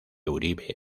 uribe